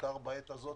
בעיקר בעת הזו,